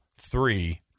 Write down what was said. three